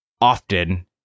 often